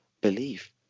belief